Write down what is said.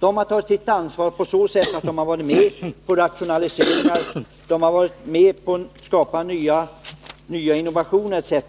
De har tagit sitt ansvar på så sätt att de har varit med om att genomföra rationaliseringar och de har varit med om att skapa nya innovationer etc.,